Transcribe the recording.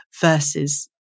versus